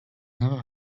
never